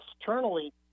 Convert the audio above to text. externally